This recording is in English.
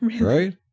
right